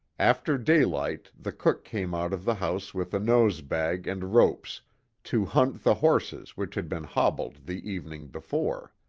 after daylight the cook came out of the house with a nosebag and ropes to hunt the horses which had been hobbled the evening before.